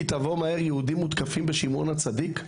לבוא מהר כי יהודים מותקפים בשמעון הצדיק?